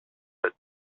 but